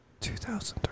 2003